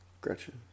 Gretchen